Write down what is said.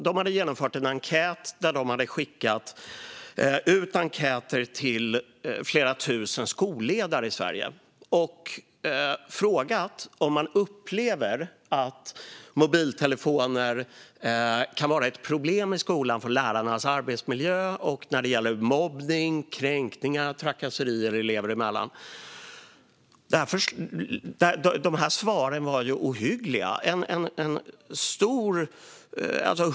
De hade skickat ut en enkät till flera tusen skolledare i Sverige och frågat om man upplever att mobiltelefoner kan vara ett problem i skolan när det gäller lärarnas arbetsmiljö och när det gäller mobbning, kränkningar och trakasserier elever emellan. Svaren var ohyggliga.